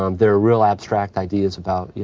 um there are real abstract ideas about, you